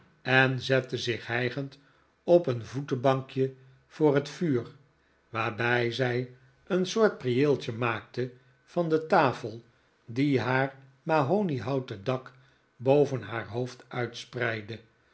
en zette zich hijgend op een voetenbankje voor het vuur waarbij zij een soort prieeltje maakte van de tafel die haar mahohiehouten dak boven haar hoofd uitspreidde